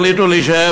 החליטו להישאר,